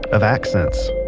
of accents